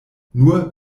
nur